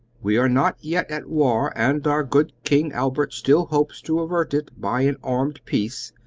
we are not yet at war, and our good king albert still hopes to avert it by an armed peace,